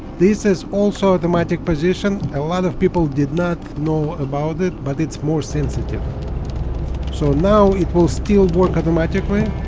this is also automatic position a lot of people did not know about it but it's more sensitive so now it will still work automatically,